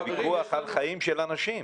זה ויכוח על החיים של אנשים.